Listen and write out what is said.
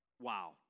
Wow